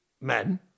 men